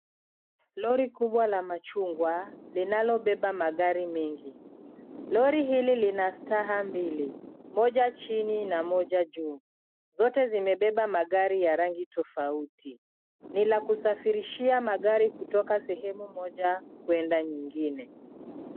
Lori kubwa la machungwa linalobeba magari mengi. Lori hili lina staha mbili. Moja chini na moja juu. Zote zimebeba magari tofauti. Lina kusafirishia magari kutoka sehemu moja kwenda nyingine.